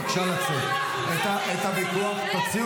איפה זה כתוב